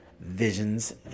visions